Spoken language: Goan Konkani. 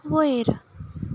वयर